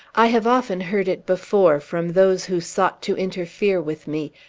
i have often heard it before, from those who sought to interfere with me,